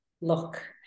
look